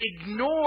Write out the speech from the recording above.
ignore